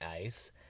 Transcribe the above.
ice